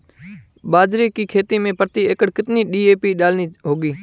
बाजरे की खेती में प्रति एकड़ कितनी डी.ए.पी डालनी होगी?